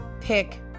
pick